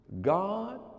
God